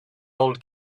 old